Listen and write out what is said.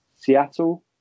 Seattle